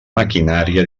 maquinària